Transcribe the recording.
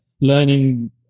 Learning